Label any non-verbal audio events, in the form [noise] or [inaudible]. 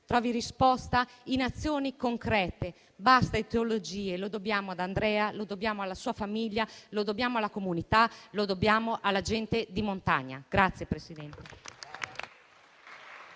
trovi risposta in azioni concrete. Basta ideologie: lo dobbiamo ad Andrea, lo dobbiamo alla sua famiglia, lo dobbiamo alla comunità, lo dobbiamo alla gente di montagna. [applause]